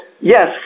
yes